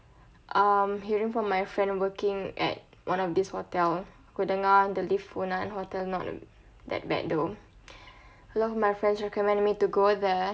I'm hearing from my friend working at one of this hotel aku dengar the lyf funan hotel not that bad though a lot of my friends recommended me to go there